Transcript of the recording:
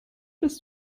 dass